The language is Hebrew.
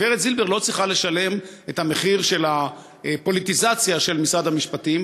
הגברת זילבר לא צריכה לשלם את המחיר של הפוליטיזציה של משרד המשפטים,